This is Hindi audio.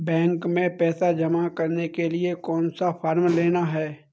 बैंक में पैसा जमा करने के लिए कौन सा फॉर्म लेना है?